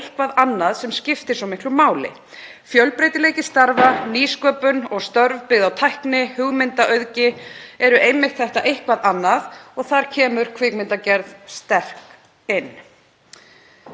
„eitthvað annað“ sem skiptir svo miklu máli. Fjölbreytileiki starfa, nýsköpun og störf byggð á tækni og hugmyndaauðgi eru einmitt þetta „eitthvað annað“ og þar kemur kvikmyndagerð sterk inn.